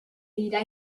wieder